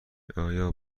آیا